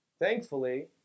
Thankfully